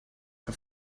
for